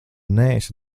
neesi